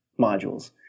modules